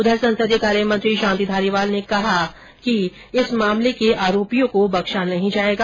उधर संसदीय कार्यमंत्री शांति धारीवाल ने कहा कि इस मामले के आरोपियों को बक्शा नहीं जायेगा